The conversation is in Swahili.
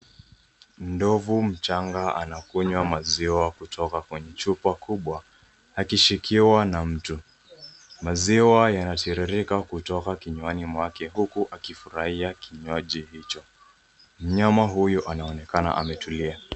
Ndovu mchanga anakunywa maziwa kutoka kwenye chupa kubwa akishikiwa na mtu. Maziwa yanatiririka kutoka kinywani mwake huku akifurahia kinywaji hicho. Mnyama huyu anaonekana ametulia.